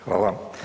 Hvala.